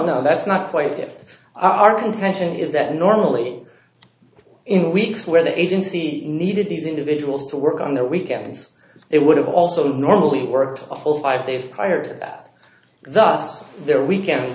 no that's not quite it our contention is that normally in weeks where the agency needed these individuals to work on their weekends they would have also normally worked a full five days prior to that thus their weekend